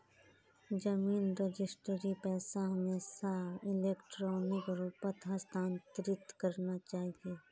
जमीन रजिस्ट्रीर पैसा हमेशा इलेक्ट्रॉनिक रूपत हस्तांतरित करना चाहिए